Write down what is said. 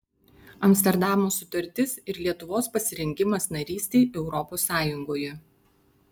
amsterdamo sutartis ir lietuvos pasirengimas narystei europos sąjungoje